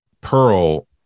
Pearl